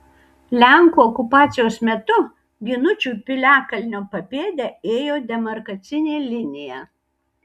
lenkų okupacijos metu ginučių piliakalnio papėde ėjo demarkacinė linija